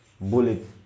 bullet